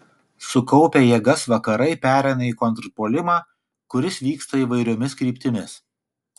sukaupę jėgas vakarai pereina į kontrpuolimą kuris vyksta įvairiomis kryptimis